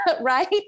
right